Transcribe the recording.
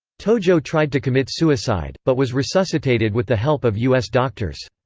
tojo tried to commit suicide, but was resuscitated with the help of u s. doctors.